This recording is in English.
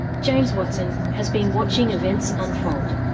james watson has been watching events unfold.